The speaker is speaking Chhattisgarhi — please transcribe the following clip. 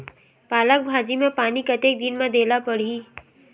पालक भाजी म पानी कतेक दिन म देला पढ़ही?